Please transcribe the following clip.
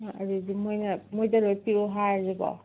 ꯑꯥ ꯑꯗꯨꯗꯤ ꯃꯣꯏꯅ ꯃꯣꯏꯗ ꯂꯣꯏ ꯄꯤꯔꯛꯎ ꯍꯥꯏꯔꯁꯤꯀꯣ